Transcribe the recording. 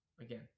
again